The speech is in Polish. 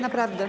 Naprawdę.